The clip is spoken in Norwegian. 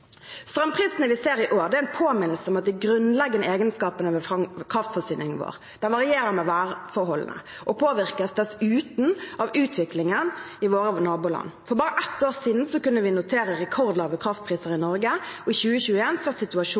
Strømprisene vi ser i år, er en påminnelse om de grunnleggende egenskapene ved kraftforsyningen vår. Den varierer med værforholdene og påvirkes dessuten av utviklingen i våre naboland. For bare ett år siden kunne vi notere rekordlave kraftpriser i Norge, og i